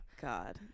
god